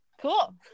Cool